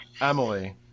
Emily